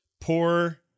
poor